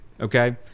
okay